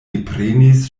deprenis